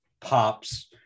pops